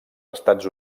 estats